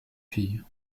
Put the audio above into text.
fille